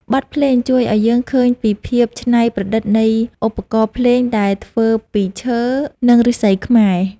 បទភ្លេងជួយឱ្យយើងឃើញពីភាពច្នៃប្រឌិតនៃឧបករណ៍ភ្លេងដែលធ្វើពីឈើ និងឫស្សីខ្មែរ។